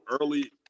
early